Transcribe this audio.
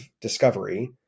Discovery